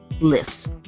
lists